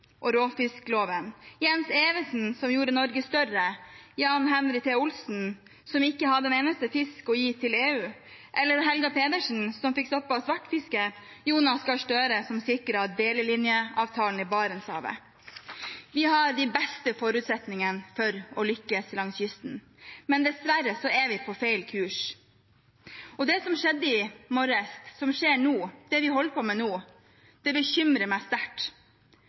råfiskloven, Jens Evensen, som gjorde Norge større, Jan Henry T. Olsen, som ikke hadde en eneste fisk å gi til EU, Helga Pedersen, som fikk stoppet svartfisket, til Jonas Gahr Støre, som sikret delelinjeavtalen i Barentshavet. Vi har de beste forutsetninger for å lykkes langs kysten, men dessverre er vi på feil kurs. Det som skjedde i morges, og som skjer nå – det vi holder på med nå – bekymrer meg sterkt.